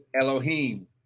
Elohim